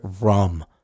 rum